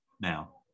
now